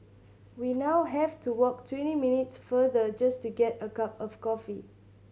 we now have to walk twenty minutes further just to get a cup of coffee